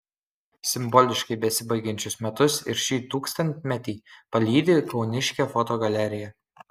simboliškai besibaigiančius metus ir šį tūkstantmetį palydi kauniškė fotogalerija